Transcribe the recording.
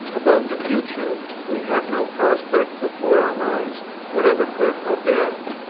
about the future, we have no prospect before our minds whatever, good or bad.